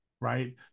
right